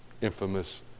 infamous